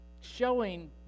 showing